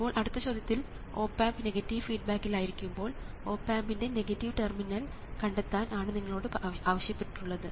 ഇപ്പോൾ അടുത്ത ചോദ്യത്തിൽ ഓപ് ആമ്പ് നെഗറ്റീവ് ഫീഡ്ബാക്കിൽ ആയിരിക്കുമ്പോൾ ഓപ് ആമ്പിൻറെ നെഗറ്റീവ് ടെർമിനൽ കണ്ടെത്താൻ ആണ് നിങ്ങളോട് ആവശ്യപ്പെട്ടിട്ടുള്ളത്